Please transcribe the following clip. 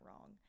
wrong